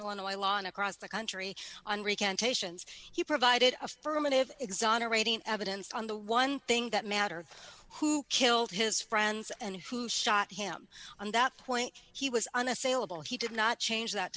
illinois law and across the country on recantations he provided affirmative exonerating evidence on the one thing that matter who killed his friends and who shot him on that point he was unassailable he did not change that